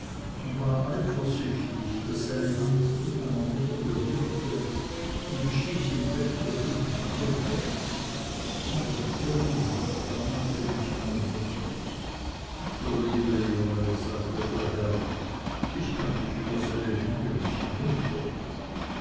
und war eifersüchtig daß seine hand die meiner mutter berührte und ich stieß ihn weg so gut ich konnte aber davy ermahnte mich meine mutter der liebe junge sagte der herr ich kann mich über seine liebe nicht wundern